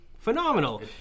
Phenomenal